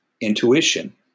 intuition